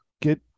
Get